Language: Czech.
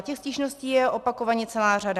Těch stížností je opakovaně celá řada.